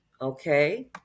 okay